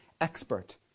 expert